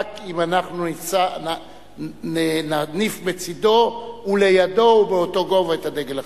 אם אנחנו נניף בצדו ולידו ובאותו גובה את הדגל החברתי.